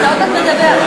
אז בוא נדבר על זה.